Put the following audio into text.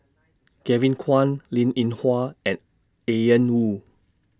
Kevin Kwan Linn in Hua and Ian Woo